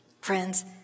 Friends